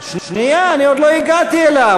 שנייה, אני עוד לא הגעתי אליו.